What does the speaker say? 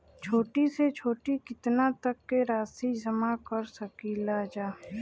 छोटी से छोटी कितना तक के राशि जमा कर सकीलाजा?